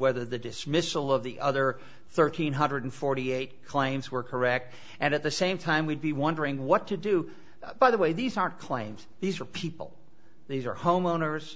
whether the dismissal of the other thirteen hundred forty eight claims were correct and at the same time we'd be wondering what to do by the way these aren't claims these are people these are homeowners